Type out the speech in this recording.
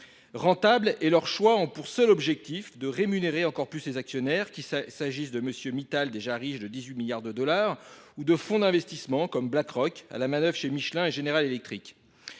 Rentables et leur choix ont pour seul objectif de rémunérer encore plus ses actionnaires, qu'il s'agisse de M. Mittal, déjà riche de 18 milliards de dollars, ou de fonds d'investissement comme BlackRock, à la manoeuvre chez Michelin et General Electric.